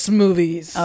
movies